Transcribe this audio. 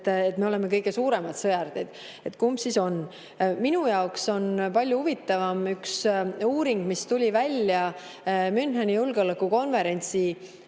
et me oleme kõige suuremad sõjardid. Kumb siis on? Minu jaoks on palju huvitavam uuring, mis tuli välja Müncheni julgeolekukonverentsi